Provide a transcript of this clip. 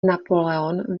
napoleon